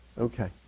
Okay